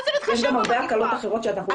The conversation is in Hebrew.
יש עוד הרבה הקלות אחרות שאנחנו לא מדברים עליהן כאן.